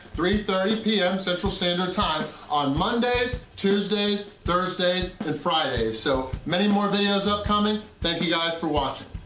three thirty p m. central standard time on mondays, tuesdays, thursdays, and fridays, so many more videos upcoming. thank you guys for watching.